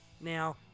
Now